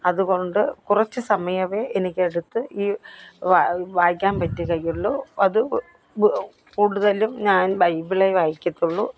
അതുകൊണ്ട് കുറച്ച് സമയമേ എനിക്കെടുത്ത് ഈ വാ വായിക്കാൻ പറ്റുകയുള്ളൂ അത് കൂടുതലും ഞാൻ ബൈബിളേ വായിക്കത്തുള്ളൂ